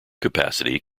capacity